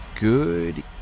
Good